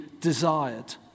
desired